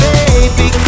Baby